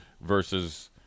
Versus